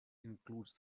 includes